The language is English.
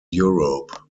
europe